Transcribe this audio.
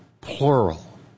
plural